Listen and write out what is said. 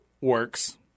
works